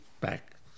back